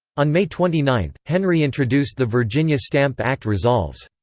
on may twenty nine, henry introduced the virginia stamp act resolves.